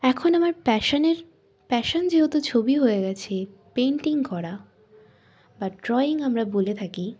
এখন আমার প্যাশনের প্যাশন যেহেতু ছবি হয়ে গিয়েছে পেইন্টিং করা বা ড্রয়িং আমরা বলে থাকি